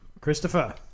christopher